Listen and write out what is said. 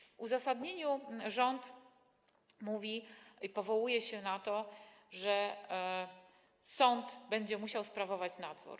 W uzasadnieniu rząd mówi i powołuje się na to, że sąd będzie musiał sprawować nadzór.